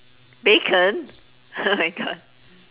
bacon oh my god